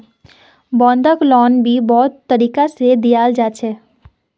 बंधक लोन भी बहुत तरीका से दियाल जा छे